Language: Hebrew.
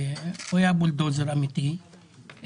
הוא היה בולדוזר אמיתי,